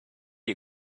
you